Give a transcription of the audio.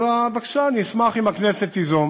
אז בבקשה, אני אשמח אם הכנסת תיזום